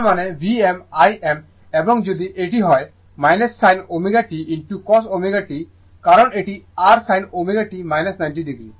তার মানে Vm Im এবং যদি এটি হয় sin ω t cos ω t কারণ এটি r sin ω t 90o